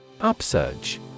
UPSURGE